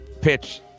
pitch